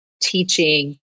teaching